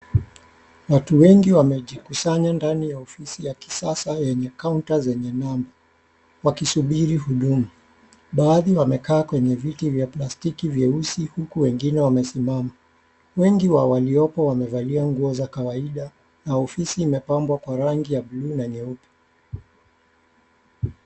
Watu wengi wamejikusanya ndani ya ofisi ya kisasa yenye kaunta zenye namba, wakisubiri huduma. Baadhi wamekaa kwenye viti vya plastiki vyeusi huku wengine wamesimama. Wengi wa waliopo wamevalia nguo za kawaida na ofisi imepambwa kwa rangi ya buluu na nyeupe.